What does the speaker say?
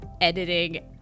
editing